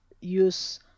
use